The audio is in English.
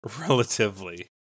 relatively